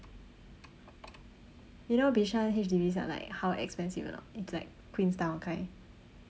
you know bishan H_D_Bs are like how expensive or not it's like queenstown kind